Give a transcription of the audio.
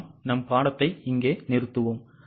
எனவே நாம் பாடத்தை இங்கே நிறுத்துவோம்